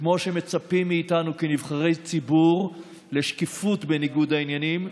וכמו שמצפים מאיתנו כנבחרי ציבור לשקיפות בניגוד העניינים,